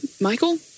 Michael